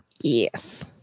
Yes